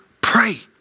Pray